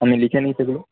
আমি লিখে নিই সেগুলো